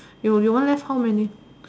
your your one left how many